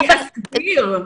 אני אסביר.